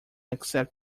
except